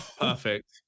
perfect